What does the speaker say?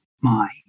mind